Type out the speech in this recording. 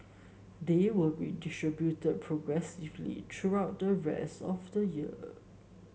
they will be distributed progressively throughout the rest of the year